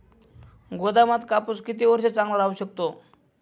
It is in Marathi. गोदामात कापूस किती वर्ष चांगला राहू शकतो?